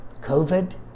COVID